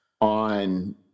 on